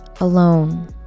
alone